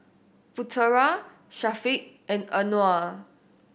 Putera Syafiq and Anuar